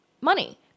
money